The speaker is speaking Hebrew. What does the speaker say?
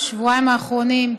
בשבועיים האחרונים,